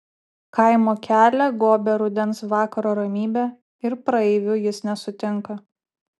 kaimo kelią gobia rudens vakaro ramybė ir praeivių jis nesutinka